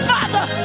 Father